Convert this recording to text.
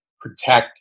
protect